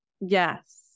Yes